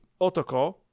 Otoko